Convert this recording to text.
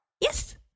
Yes